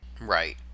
Right